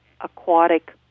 aquatic